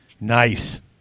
Nice